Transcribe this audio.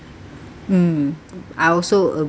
mm I also agree